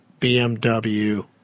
bmw